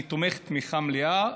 אני תומך תמיכה מלאה.